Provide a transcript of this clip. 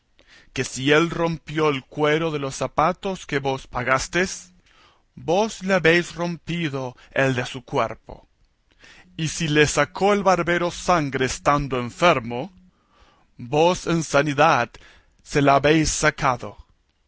que si él rompió el cuero de los zapatos que vos pagastes vos le habéis rompido el de su cuerpo y si le sacó el barbero sangre estando enfermo vos en sanidad se la habéis sacado